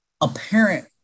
apparent